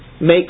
Make